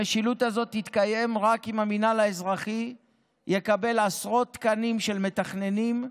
המשילות הזאת תתקיים רק אם המינהל האזרחי יקבל עשרות תקנים של מתכננים,